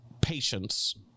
patience